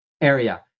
area